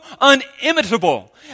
unimitable